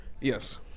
Yes